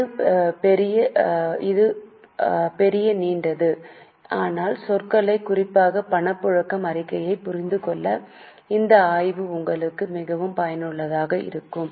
இது பெரிய நீண்டது ஆனால் சொற்களை குறிப்பாக பணப்புழக்க அறிக்கையைப் புரிந்துகொள்ள இந்த ஆய்வு உங்களுக்கு மிகவும் பயனுள்ளதாக இருக்கும்